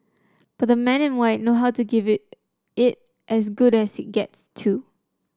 but the man in white know how to give it as good as it gets too